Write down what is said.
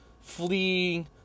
fleeing